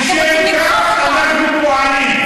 ולשם כך אנחנו פועלים.